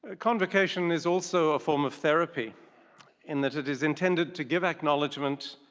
ah convocation is also a form of therapy in that it is intended to give acknowledgement,